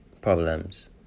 problems